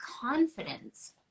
confidence